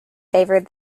favored